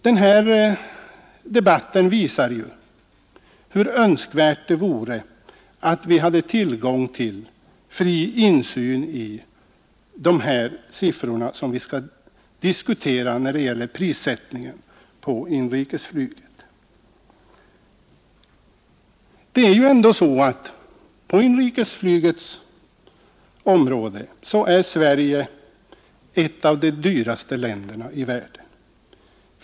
Denna debatt visar hur önskvärt det vore att vi hade tillgång till fri insyn i de siffror som vi skall diskutera beträffande prissättningen på inrikesflyget. Sverige är på inrikesflygets område ett av de dyraste länderna i världen.